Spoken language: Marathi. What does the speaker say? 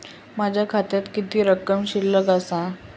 माझ्या खात्यात किती रक्कम शिल्लक आसा?